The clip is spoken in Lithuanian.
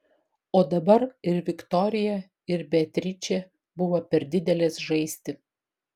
o dabar ir viktorija ir beatričė buvo per didelės žaisti